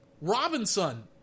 Robinson